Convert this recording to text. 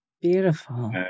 Beautiful